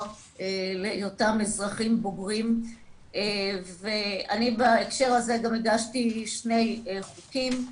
להיותם אזרחים בוגרים ואני בהקשר הזה גם הגשתי שני חוקים,